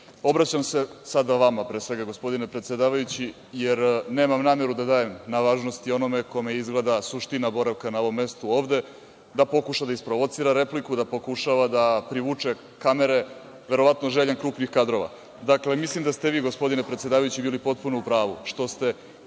stranke. Obraćam se sada vama, pre svega, vama gospodine predsedavajući, jer nemam nameru da dajem na važnosti onome kome izgleda suština boravka na ovom mestu ovde, da pokuša da isprovocira repliku, da pokušava da privuče kamere, verovatno željan krupnih kadrova. Dakle, mislim da ste vi gospodine predsedavajući bili potpuno u pravu što ste,